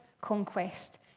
conquest